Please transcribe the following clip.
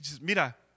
Mira